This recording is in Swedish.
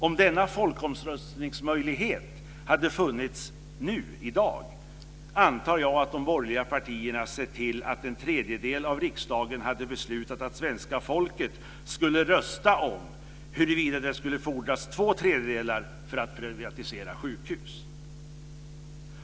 Om denna folkomröstningsmöjlighet hade funnits i dag antar jag att de borgerliga partierna sett till att en tredjedel av riksdagen hade beslutat att svenska folket skulle rösta om huruvida det skulle fordras två tredjedelar för att privatisera sjukhus!